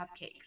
cupcakes